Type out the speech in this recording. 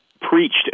preached